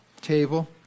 table